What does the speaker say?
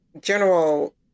general